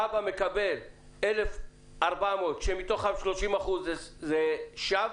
כב"א מקבל 1,400, שמתוכם 30% זה שווא